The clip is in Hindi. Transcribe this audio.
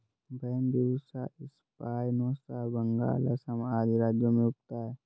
बैम्ब्यूसा स्पायनोसा बंगाल, असम आदि राज्यों में उगता है